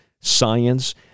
science